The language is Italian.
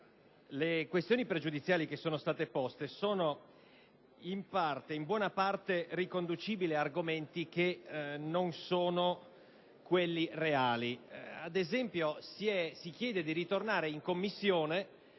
le questioni pregiudiziali che sono state poste sono in buona parte riconducibili ad argomenti che non sono quelli reali. Si chiede, ad esempio, il rinvio in Commissione